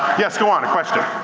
yes, go on, a question.